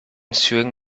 sewing